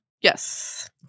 Yes